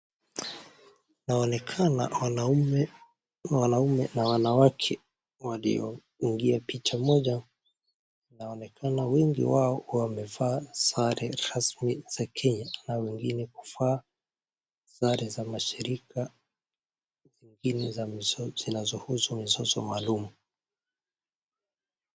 Inaonekana wanaume na wanawake walioingia picha moja. Inaonekana wengi wao wamevaa sare rasmi za Kenya au wengine kuvaa sare za mashirika zingine za zinazohusu mizozo maalum.